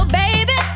baby